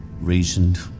reasoned